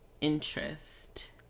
interest